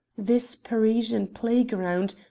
this parisian playground,